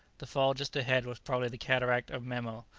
the fall just ahead was probably the cataract of memo,